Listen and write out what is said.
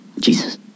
Jesus